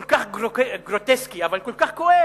כל כך גרוטסקי, אבל כל כך כואב.